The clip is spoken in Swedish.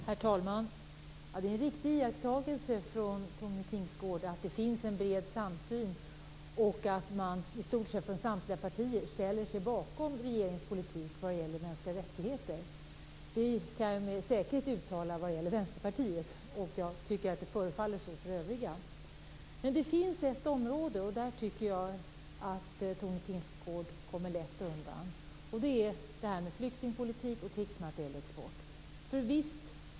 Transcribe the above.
Herr talman! Det är en riktig iakttagelse från Tone Tingsgård att det finns en bred samsyn och att i stort sett samtliga partier ställer sig bakom regeringens politik vad gäller mänskliga rättigheter. Det kan jag med säkerhet uttala vad gäller Vänsterpartiet. Det förefaller vara så för övriga partier. Det finns ett område där jag tycker att Tone Tingsgård kommer lätt undan, och det är flyktingpolitik och krigsmaterielexport.